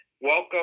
Welcome